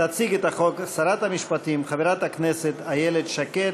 תציג את החוק שרת המשפטים חברת הכנסת איילת שקד.